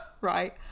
right